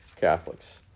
Catholics